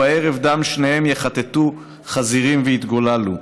ובערב דם שניהם יחטטו חזירים ויתגוללו,